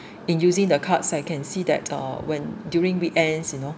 in using the cards I can see that uh when during weekends you know